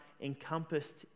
encompassed